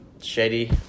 shady